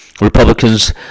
Republicans